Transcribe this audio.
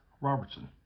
Robertson